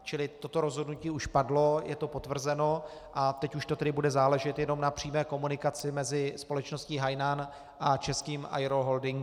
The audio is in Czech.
Čili toto rozhodnutí už padlo, je to potvrzeno a teď už to bude záležet jenom na přímé komunikaci mezi společností Hainan a českým Aeroholdingem.